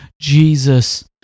Jesus